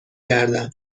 گردم